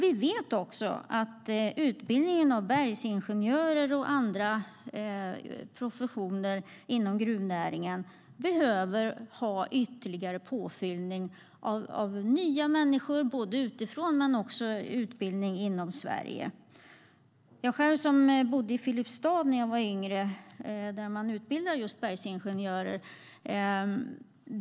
Vi vet också att utbildningen av bergsingenjörer och andra professioner inom gruvnäringen behöver ha ytterligare påfyllning av nya människor, både utifrån och i form av utbildning inom Sverige. Jag bodde själv i Filipstad när jag var yngre. Där utbildar man just bergsingenjörer.